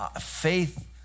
faith